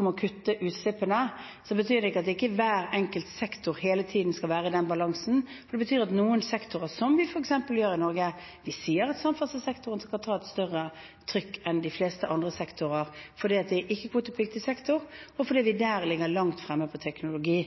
om å kutte utslippene, betyr det ikke at hver enkelt sektor hele tiden skal være i den balansen. Det betyr at noen sektorer skal ta et større trykk enn de fleste andre sektorer – slik vi i Norge f.eks. sier at samferdselssektoren skal gjøre, fordi det er en ikke-kvotepliktig sektor, og fordi vi der ligger langt fremme på teknologi.